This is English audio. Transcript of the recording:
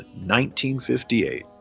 1958